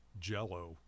jello